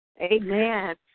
Amen